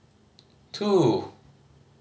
two